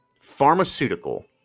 pharmaceutical